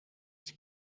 die